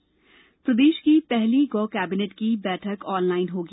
गौ कैबिनेट प्रदेश की पहली गौ कैबिनेट की बैठक ऑनलाइन होगी